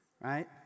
Right